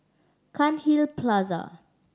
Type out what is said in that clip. Cairnhill Plaza